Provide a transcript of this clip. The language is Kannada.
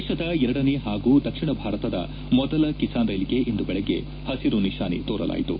ದೇಶದ ಎರಡನೇ ಹಾಗೂ ದಕ್ಷಿಣ ಭಾರತದ ಮೊದಲ ಕಿಸಾನ್ ರೈಲಿಗೆ ಇಂದು ಬೆಳಿಗ್ಗೆ ಹಸಿರು ನಿಶಾನೆ ತೋರಲಾಯಿತು